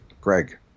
Greg